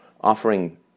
offering